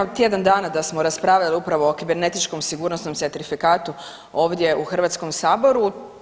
Nema tjedan dana da smo raspravljali upravo o kibernetičkom sigurnosnom certifikatu ovdje u Hrvatskom saboru.